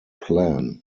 plan